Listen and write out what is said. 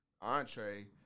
entree